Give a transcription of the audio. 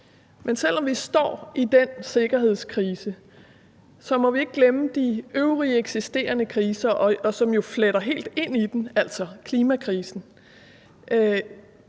Men selv om vi står i den sikkerhedskrise, må vi ikke glemme de øvrige eksisterende kriser, som jo fletter helt ind i den, altså klimakrisen.